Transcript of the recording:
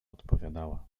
odpowiadała